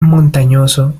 montañoso